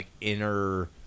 inner